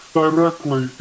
directly